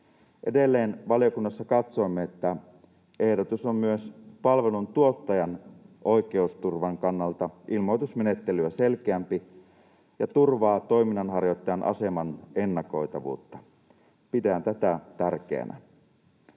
Edelleen valiokunnassa katsoimme, että ehdotus on myös palveluntuottajan oikeusturvan kannalta ilmoitusmenettelyä selkeämpi ja turvaa toiminnanharjoittajan aseman ennakoitavuutta — pidän tätä tärkeänä.